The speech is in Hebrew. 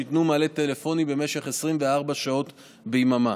שייתנו מענה טלפוני במשך 24 שעות ביממה,